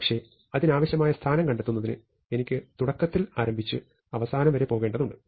പക്ഷേ അതിനാവശ്യമായ സ്ഥാനം കണ്ടെത്തുന്നതിന് എനിക്ക് തുടക്കത്തിൽ ആരംഭിച്ച് അവസാനം വരെ പോകേണ്ടതുണ്ട്